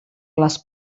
les